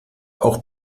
auch